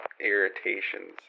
irritations